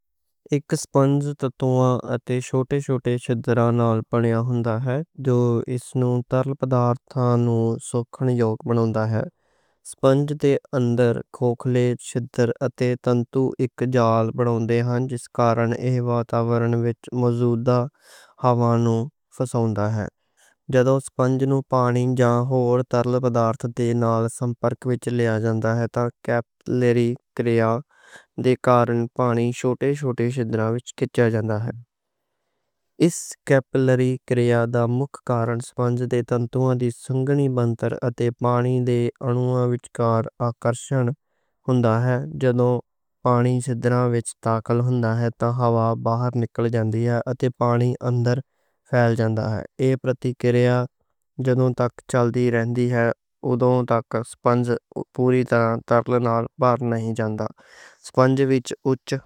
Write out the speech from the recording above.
ایک سپنج تنتوؤں اتے چھوٹے چھوٹے چھِدراں نال بنیا ہوندا ہے۔ جو اس نوں ترل پدارثاں نوں سوکھن یوگ بناوندا ہے سپنج دے اندر۔ کھوکھلے چھِدر اتے تنتو ایک جال بناؤندے ہن جس کارن۔ ایہ واتاورن وچ موجود ہوا نوں فساؤندا ہے جدو سپنج نوں۔ پانی جاں ہور ترل پدارث دے نال سنپرک وچ لے آ جاندا۔ ہے تاں کیپِلری کریا دے کارن پانی چھوٹے چھوٹے چھِدراں وچ۔ کھیچا جاندا ہے اس کیپِلری کریا دا مکھ کارن سپنج دے۔ تنتوؤں دی سنگنی بنتَر اتے پانی دے انوں وچ کار آکرشن۔ ہوندا ہے جدو پانی چھِدراں وچ داخل ہوندا ہے تاں ہوا باہر۔ نکل جاندی ہے اتے پانی اندر پھیل جاندا ہے اس پرِکریا۔ جدو تک چل دی رہندی ہے ادوں تک سپنج پوری طرح ترل۔ نال باہر نہیں جاندا۔